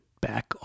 back